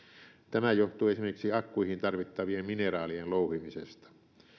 tämä johtuu esimerkiksi akkuihin tarvittavien mineraalien louhimisesta